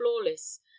flawless